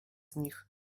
nich